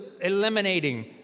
eliminating